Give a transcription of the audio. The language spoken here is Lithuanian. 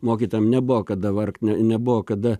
mokytojam nebuvo kada vargt ne nebuvo kada